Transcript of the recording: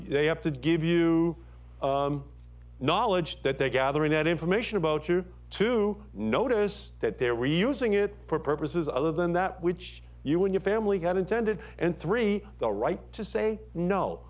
they have to give you knowledge that they're gathering that information about you to notice that there were using it for purposes other than that which you would your family had intended and three the right to say no